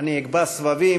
אני אקבע סבבים,